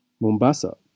Mombasa